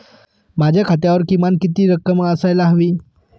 माझ्या खात्यावर किमान किती रक्कम असायला हवी?